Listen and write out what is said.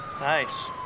Nice